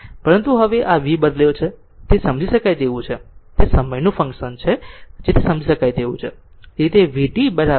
પરંતુ હવે આ v બદલી છે તે સમજી શકાય તેવું છે તે સમયનું ફંકશન છે જે તે સમજી શકાય તેવું છે